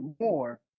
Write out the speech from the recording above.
more